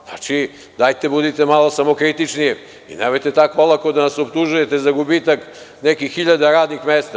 Znači, dajte, budite malo samokritičniji i nemojte tako olako da nas optužujete za gubitak nekih 1000 ranih mesta.